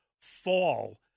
fall